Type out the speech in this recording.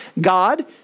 God